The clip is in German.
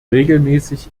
regelmäßig